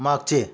मागचे